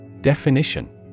Definition